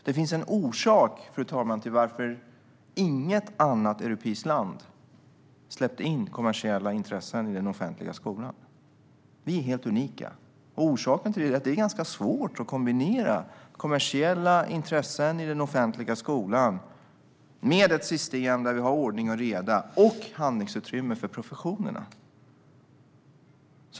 Det finns en orsak till att inget annat europeiskt land släppte in kommersiella intressen i den offentliga skolan, fru ålderspresident. Vi är helt unika. Orsaken är att det är ganska svårt att kombinera kommersiella intressen i den offentliga skolan med ett system där vi har ordning och reda och handlingsutrymme för professionerna.